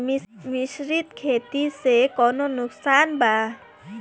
मिश्रित खेती से कौनो नुकसान वा?